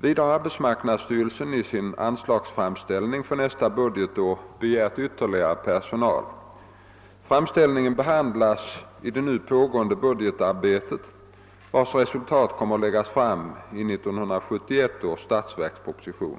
Vidare har arbetsmarknadsstyrelsen i sin anslagsframställning för nästa budgetår begärt ytterligare personal. Framställningen behandlas i det nu pågående budgetarbetet vars resultat kommer att läggas fram i 1971 års statsverkspropo sition.